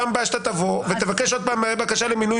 בפעם הבאה שתבוא ותבקש עוד פעם בקשה למינוי